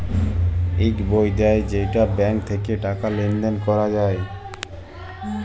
ইক বই দেয় যেইটা ব্যাঙ্ক থাক্যে টাকা লেলদেল ক্যরা যায়